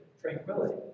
Tranquility